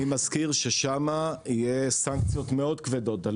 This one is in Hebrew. ואני מזכיר ששם יהיו סנקציות מאוד כבדות על